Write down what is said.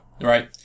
right